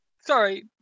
Sorry